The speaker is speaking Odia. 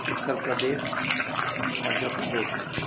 ଉତ୍ତରପ୍ରଦେଶ ମଧ୍ୟପ୍ରଦେଶ